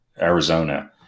Arizona